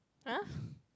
[huh]